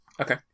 Okay